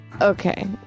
Okay